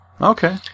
Okay